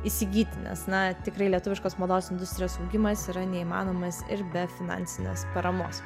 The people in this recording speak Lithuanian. įsigyti nes na tikrai lietuviškos mados industrijos augimas yra neįmanomas ir be finansinės paramos